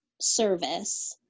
service